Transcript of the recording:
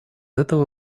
этого